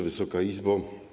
Wysoka Izbo!